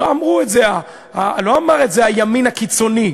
בשביל זה הוא נתן, לא אמר את זה הימין הקיצוני.